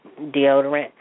deodorant